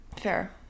Fair